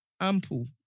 Ample